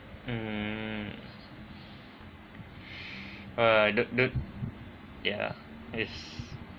mm err the the ya yes